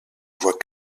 voit